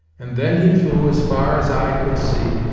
and then he flew as far as eye could see,